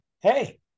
hey